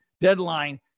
deadline